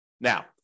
Now